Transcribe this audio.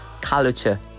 culture